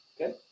Okay